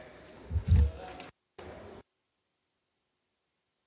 Hvala.